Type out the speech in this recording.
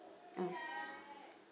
mm